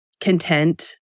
content